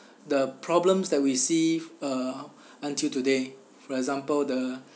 the problems that we see f~ uh until today for example the